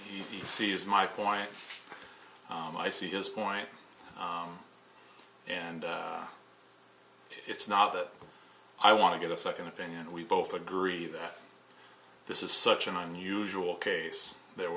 you see as my point i see his point and it's not that i want to get a second opinion and we both agree that this is such an unusual case there